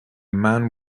man